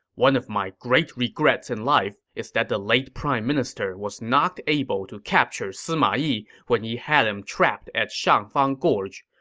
one of my great regrets in life is that the late prime minister was not able to capture sima yi when he had him trapped at shangfang gorge.